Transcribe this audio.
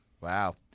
wow